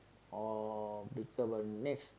or become a next